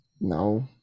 No